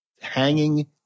hanging